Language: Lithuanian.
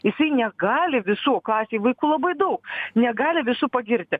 jisai negali visų klasėj vaikų labai daug negali visų pagirti